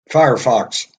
firefox